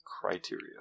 criteria